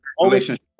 relationship